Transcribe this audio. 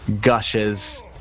gushes